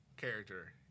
Character